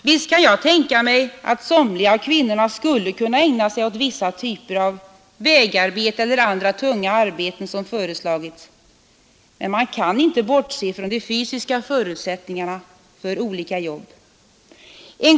Visst kan jag tänka mig att somliga av kvinnorna skulle kunna ägna sig åt vissa typer av vägarbete eller andra tunga arbeten som föreslagits, men man kan inte bortse från de fysiska förutsättningarna för olika arbeten.